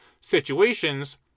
situations